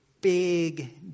big